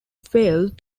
failed